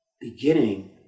beginning